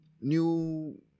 new